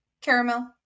Caramel